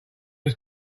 was